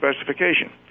specification